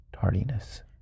tardiness